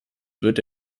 wird